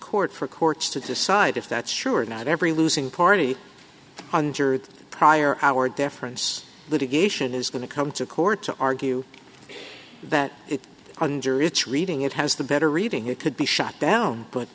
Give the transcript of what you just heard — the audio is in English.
court for courts to decide if that's true or not every losing party under the prior hour difference litigation is going to come to court to argue that it under its reading it has the better reading it could be shut down but